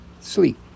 sleep